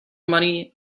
money